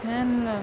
can lah